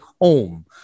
home